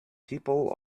people